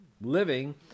living